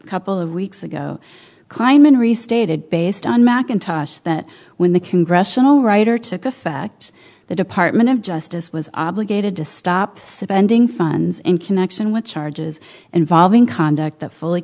a couple of weeks ago kleinman restated based on macintosh that when the congressional writer took effect the department of justice was obligated to stop suspending funds in connection with charges involving conduct that fully